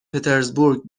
پترزبورگ